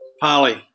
Polly